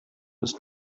ist